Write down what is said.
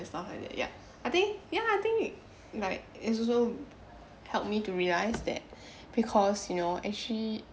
stuff like that ya I think ya I think like it also help me to realise that because you know actually